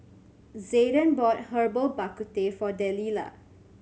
Zayden bought Herbal Bak Ku Teh for Delilah